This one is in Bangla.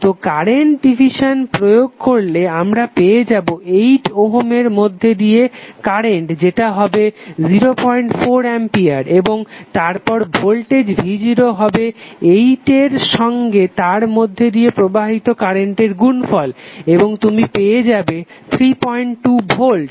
তো কারেন্ট ডিভিসান প্রয়োগ করলে আমরা পেয়ে যাবো 8 ওহমের মধ্যে দিয়ে কারেন্ট যেটা হবে 04 অ্যাম্পিয়ার এবং তারপর ভোল্টেজ v0 হবে 8 এর সঙ্গে তার মধ্যে দিয়ে প্রবাহিত কারেন্টের গুনফল এবং তুমি পেয়ে যাবে 32 ভোল্ট